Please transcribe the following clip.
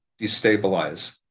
destabilize